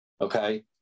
okay